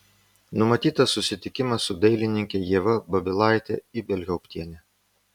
numatytas susitikimas su dailininke ieva babilaite ibelhauptiene